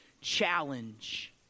Challenge